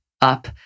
up